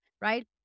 right